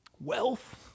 wealth